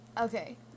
Okay